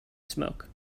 smoke